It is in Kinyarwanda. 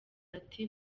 ati